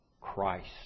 Christ